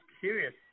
curious